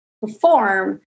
perform